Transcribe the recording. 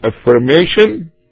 affirmation